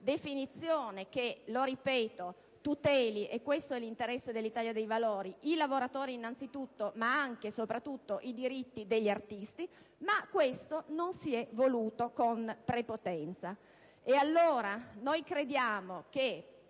definizione che - lo ripeto - tuteli (questo è l'interesse dell'Italia dei Valori) i lavoratori innanzitutto, ma anche e soprattutto i diritti degli artisti. Ma, con prepotenza questo non si è voluto. Ed allora noi crediamo che